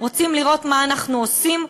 רוצים לראות מה אנחנו עושים,